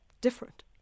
different